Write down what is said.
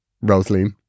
Rosaline